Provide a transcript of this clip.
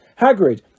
Hagrid